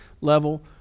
level